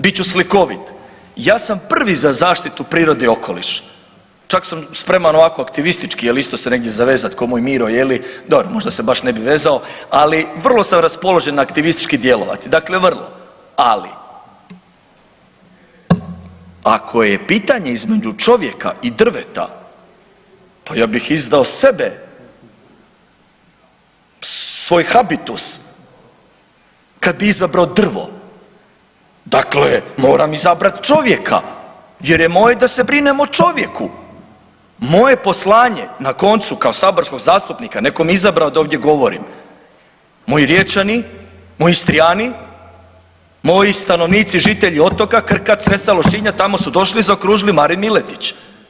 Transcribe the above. Bit ću slikovit, ja sam prvi za zaštitu prirode i okoliša, čak sam spreman ovako aktivistički isto se negdje zavezat ko moj Miro, jeli, dobro, možda se baš ne bi vezao, ali vrlo sam raspoložen aktivistički djelovati, dakle vrlo, ali ako je pitanje između čovjeka i drveta, pa ja bih izdao sebe, svoj habitus, kad bi izabrao drvo, dakle moram izabrati čovjeka, jer je moje da se brinem o čovjeku, moje poslanje, na koncu kao saborskog zastupnika, netko me izabrao da ovdje govorim, moji Riječani, moji Istrijani, moji stanovnici, žitelji otoka Krka, Cresa, Lošinja, tamo su došli i zaokružili Marin Miletić.